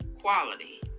Quality